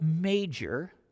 major